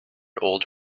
old